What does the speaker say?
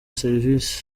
serivisi